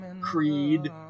creed